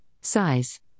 Size